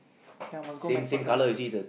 then I must go MacPherson